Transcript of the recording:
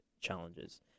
challenges